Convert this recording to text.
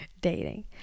dating